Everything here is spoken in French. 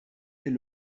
est